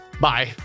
Bye